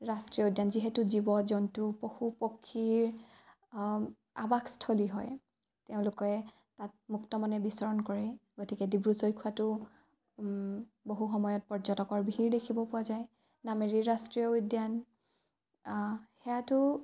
ৰাষ্ট্ৰীয় উদ্যান যিহেতু জীৱ জন্তু পশু পক্ষীৰ আৱাসস্থলী হয় তেওঁলোকে তাত মুক্তমনে বিচৰণ কৰে গতিকে ডিব্ৰু চৈখোৱাটো বহু সময়ত পৰ্যটকৰ ভিৰ দেখিব পোৱা যায় নামেৰি ৰাষ্ট্ৰীয় উদ্যান সেইয়াটো